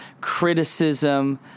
criticism